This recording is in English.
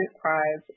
Prize